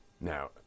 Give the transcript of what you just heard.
Now